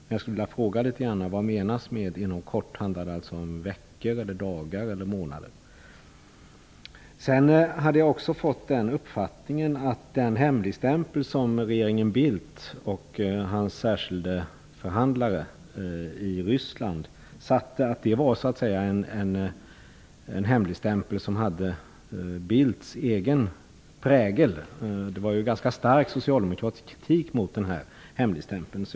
Jag skulle vilja fråga vad som menas med det. Handlar det om dagar, veckor eller månader? Jag hade fått uppfattningen att den hemligstämpel som regeringen Bildt och den särskilde förhandlaren i Ryssland beslutade om var en hemligstämpel som hade Bildts egen prägel. Det var ju ganska stark socialdemokratisk kritik mot hemligstämpeln.